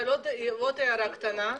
אבל עוד הערה קטנה,